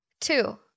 Two